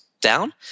down